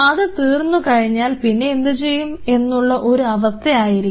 അത് തീർന്നു കഴിഞ്ഞാൽ പിന്നെ എന്തുചെയ്യും എന്നുള്ള ഒരു അവസ്ഥ ആയിരിക്കും